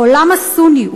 העולם הסוני,